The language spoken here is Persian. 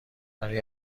برای